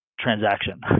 transaction